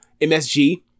MSG